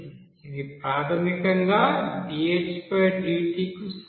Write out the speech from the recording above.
ఇది ప్రాథమికంగా dh dt కు సమానం